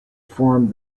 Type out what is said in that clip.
form